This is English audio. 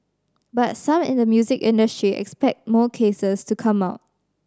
but some in the music industry expect more cases to come out